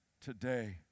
Today